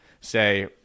say